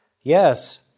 Yes